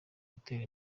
gutera